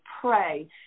pray